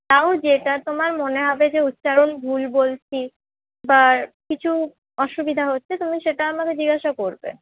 তাও যেটা তোমার মনে হবে যে উচ্চারণ ভুল বলছি বা কিছু অসুবিধা হচ্ছে তুমি সেটা আমাকে জিজ্ঞাসা করবে